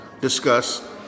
discuss